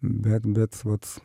bet bet vat